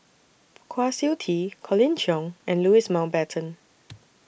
Kwa Siew Tee Colin Cheong and Louis Mountbatten